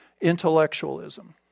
intellectualism